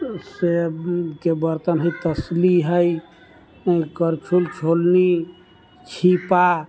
सँ बर्तन है तसली है करछुल छोलनी छीपा